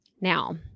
Now